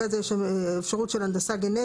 אחרי זה יש אפשרות של הנדסה גנטית.